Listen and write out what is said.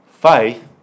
Faith